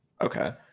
Okay